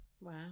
wow